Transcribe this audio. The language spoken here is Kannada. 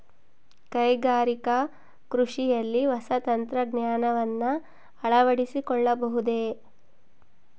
ಕೈಗಾರಿಕಾ ಕೃಷಿಯಲ್ಲಿ ಹೊಸ ತಂತ್ರಜ್ಞಾನವನ್ನ ಅಳವಡಿಸಿಕೊಳ್ಳಬಹುದೇ?